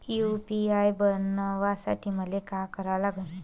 UPI बनवासाठी मले काय करा लागन?